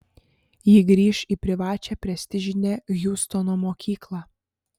ji grįš į privačią prestižinę hjustono mokyklą